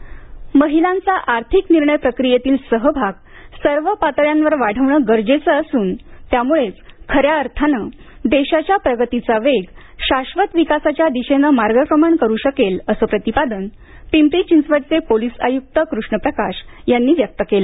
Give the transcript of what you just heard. यशस्वीनी महिलांचा आर्थिक निर्णय प्रक्रियेतील सहभाग सर्व पातळ्यांवर वाढविणे गरजेचं असून त्यामुळेच खऱ्या अर्थानं देशाच्या प्रगतीचा वेग शाश्वत विकासाच्या दिशेनं मार्गक्रमण करू शकेल असं प्रतिपादन पिंपरी चिंचवडचे पोलीस आयुक्त कृष्ण प्रकाश यांनी व्यक्त केलं